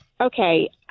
Okay